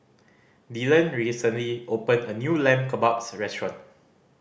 Dylan recently opened a new Lamb Kebabs Restaurant